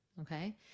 Okay